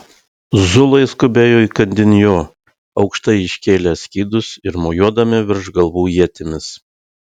zulai skubėjo įkandin jo aukštai iškėlę skydus ir mojuodami virš galvų ietimis